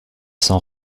sont